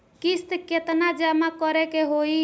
किस्त केतना जमा करे के होई?